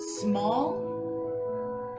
small